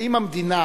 האם המדינה,